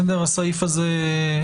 הסעיף הזה,